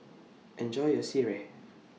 Enjoy your Sireh